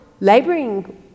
laboring